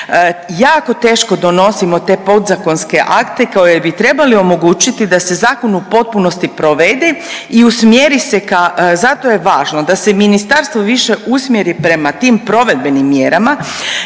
Jako teško donosimo te podzakonske akte kao jer bi trebali omogućiti da se zakon u potpunosti provede i usmjeri se ka, zato je važno da se Ministarstvo više usmjeri prema tim provedbenim mjerama,